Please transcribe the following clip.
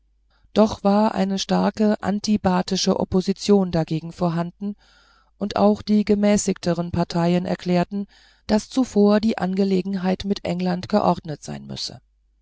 doch war eine starke antibatische opposition dagegen vorhanden und auch die gemäßigteren parteien erklärten daß zuvor die angelegenheit mit england geordnet sein müsse